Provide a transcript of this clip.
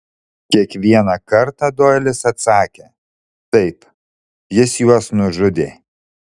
kiekvieną kartą doilis atsakė taip jis juos nužudė